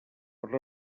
per